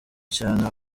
cyane